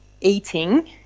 eating –